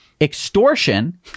extortion